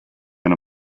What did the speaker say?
and